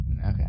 Okay